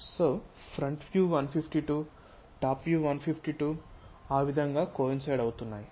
so front view 152 top view 152 ఆ విధంగా coincide అవుతున్నాయి